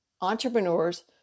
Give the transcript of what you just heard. entrepreneurs